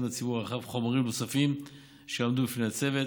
לציבור הרחב חומרים נוספים שעמדו בפני הצוות,